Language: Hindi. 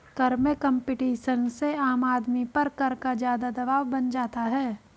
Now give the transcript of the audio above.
कर में कम्पटीशन से आम आदमी पर कर का ज़्यादा दवाब बन जाता है